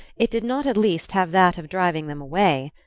it did not at least have that of driving them away.